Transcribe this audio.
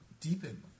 deepen